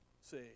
see